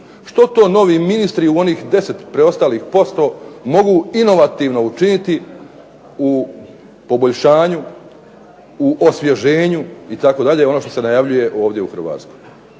Što to novi ministri u 10 preostalih posto mogu inovativno učiniti u poboljšanju u osvježenju, ono što se najavljuje u Republici Hrvatskoj.